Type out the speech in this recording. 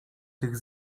tych